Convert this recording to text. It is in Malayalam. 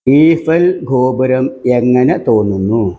ഈഫൽ ഗോപുരം എങ്ങനെ തോന്നുന്നു